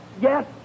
yes